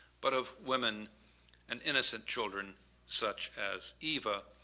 but of women and innocent children such as eva,